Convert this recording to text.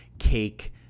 cake